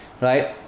right